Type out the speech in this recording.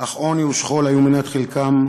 אך עוני ושכול היו מנת חלקם,